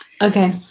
Okay